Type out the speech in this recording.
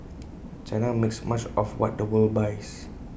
China makes much of what the world buys